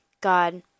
God